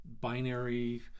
binary